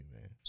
man